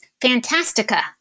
Fantastica